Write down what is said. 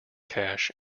cache